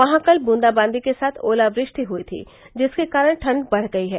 वहां कल बूंदावांदी के साथ ओलावृष्टि हुयी थी जिसके कारण ठंड बढ़ गयी है